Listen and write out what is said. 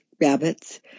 rabbits